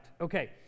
Okay